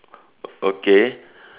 okay